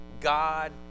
God